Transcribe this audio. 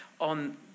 on